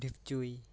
ᱰᱷᱤᱯᱪᱩᱭ